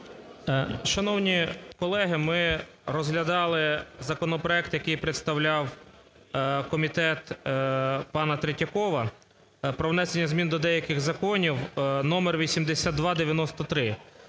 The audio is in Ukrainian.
Шановні колеги, ми розглядали законопроект, який представляв комітет пана Третьякова, про внесення змін до деяких законів № 8293.